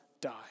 die